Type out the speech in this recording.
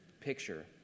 picture